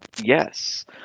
yes